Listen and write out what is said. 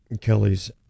kelly's